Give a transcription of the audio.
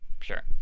sure